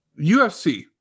UFC